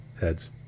Heads